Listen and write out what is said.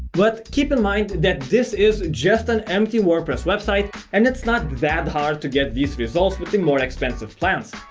but keep in mind that this is just an empty wordpress website and it's not that hard to get these results with the more expensive plans.